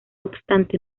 obstante